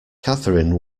catherine